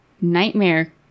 nightmare